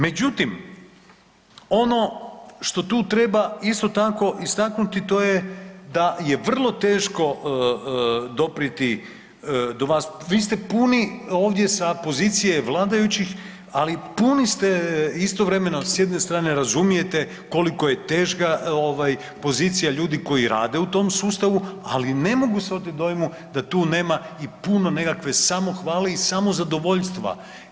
Međutim, ono što tu treba isto tako istaknuti to je da je vrlo teško doprijeti do vas, vi ste puni ovdje sa pozicije vladajućih, ali puni ste istovremeno s jedne strane razumijete koliko je teška ovaj pozicija ljudi koji rade u tom sustavu, ali ne mogu se otet dojmu da tu nema i puno nekakve samohvale i samozadovoljstvo.